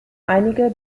einige